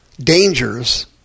dangers